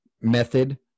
method